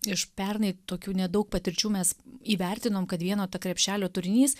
iš pernai tokių nedaug patirčių mes įvertinom kad vieno to krepšelio turinys